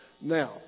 Now